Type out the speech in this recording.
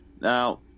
Now